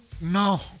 No